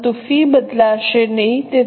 પરંતુ ફી બદલાશે નહીં